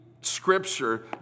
scripture